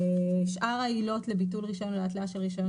שאר העילות לביטול רישיון או להתליה של רישיון